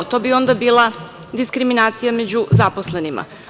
To bi onda bila diskriminacija među zaposlenima.